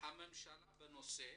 הממשלה בנושא,